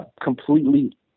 completely